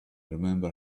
remember